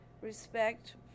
respect